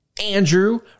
Andrew